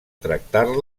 tractar